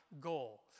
goal